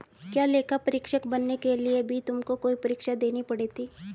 क्या लेखा परीक्षक बनने के लिए भी तुमको कोई परीक्षा देनी पड़ी थी?